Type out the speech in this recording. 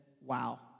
wow